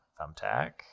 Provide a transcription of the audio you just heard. thumbtack